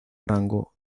rango